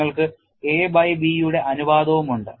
നിങ്ങൾക്ക് a by B യുടെ അനുപാതവും ഉണ്ട്